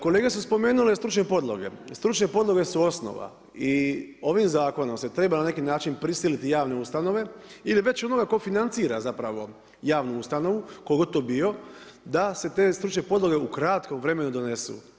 Kolege su spomenule stručne podloge, stručne podloge su osnova i ovim zakonom se treba na neki način prisiliti javne ustanove ili već onoga ko financira javnu ustanovu, tko god to bio da se te stručne podloge u kratkom vremenu donesu.